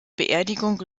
beerdigung